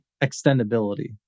extendability